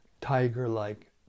tiger-like